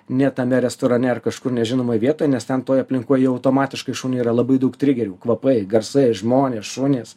ne tame restorane ar kažkur nežinomoj vietoj nes ten toj aplinkoj jau automatiškai šuniui yra labai daug trigerių kvapai garsai žmonės šunys